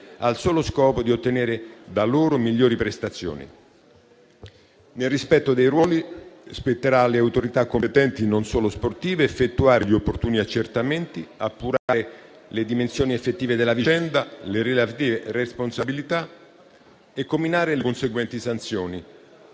al solo scopo di ottenere da loro migliori prestazioni. Nel rispetto dei ruoli, spetterà alle autorità competenti, non solo sportive, effettuare gli opportuni accertamenti, appurare le dimensioni effettive della vicenda e le relative responsabilità e comminare le conseguenti sanzioni.